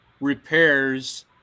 repairs